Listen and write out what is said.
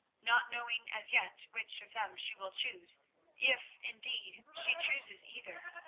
not knowing as yet which of them she will choose if, indeed, she chooses either.